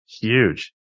Huge